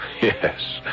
Yes